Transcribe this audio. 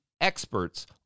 experts